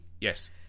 yes